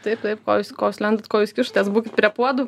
taip taip ko jūs ko jūs lendat ko jūs kišatės būkit prie puodų